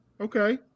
Okay